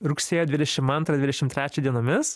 rugsėjo dvidešim antrą dvidešim trečią dienomis